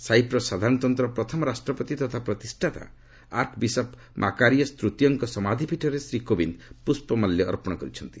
Cyprus ସାଧାରଣତନ୍ତର ପ୍ରଥମ ରାଷ୍ଟ୍ରପତି ତଥା ପ୍ରତିଷ୍ଠାତା ଆର୍କବିଶପ୍ ମାକାରିଅସ୍ ତୃତୀୟଙ୍କ ସମାଧ୍ୟ ପୀଠରେ ଶ୍ରୀ କୋବିନ୍ଦ୍ ପୁଷ୍ପମାଲ୍ୟ ଅର୍ପଣ କରିଛନ୍ତି